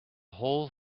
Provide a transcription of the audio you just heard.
whole